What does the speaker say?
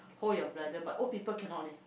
hold your bladder but old people cannot leh